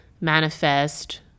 manifest